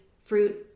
fruit